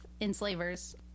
enslavers